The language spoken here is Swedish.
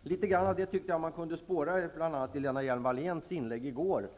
Litet grand av detta tyckte jag mig kunna spåra i bl.a. Lena Hjelm-Walléns inlägg i går.